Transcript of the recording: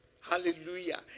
Hallelujah